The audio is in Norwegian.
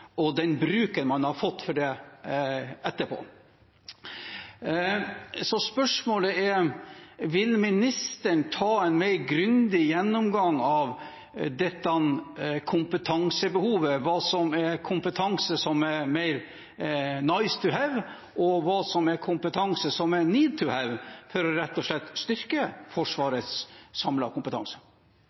og den bruken man har fått for det etterpå. Så spørsmålet er: Vil ministeren ta en mer grundig gjennomgang av dette kompetansebehovet – hva som er kompetanse som er mer «nice to have», og hva som er kompetanse som er «need to have» – for rett og slett å styrke Forsvarets samlede kompetanse?